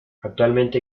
actualmente